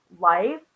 life